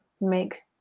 make